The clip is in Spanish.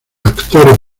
actor